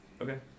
Okay